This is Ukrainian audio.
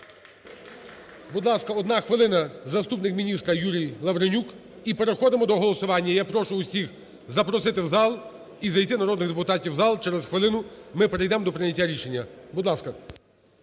Будь ласка, одна хвилина заступник міністра Юрій Лавринюк і переходимо до голосування. Я прошу всіх запросити в зал і зайти народних депутатів в зал, через хвилину ми перейдемо до прийняття рішення. Будь ласка.